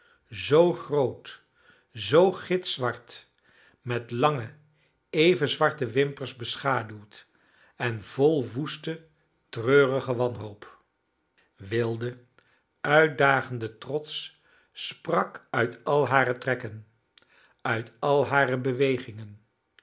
uit zoo groot zoo gitzwart met lange even zwarte wimpers beschaduwd en vol woeste treurige wanhoop wilde uitdagende trots sprak uit al hare trekken uit al hare bewegingen